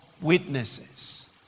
witnesses